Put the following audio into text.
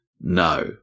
No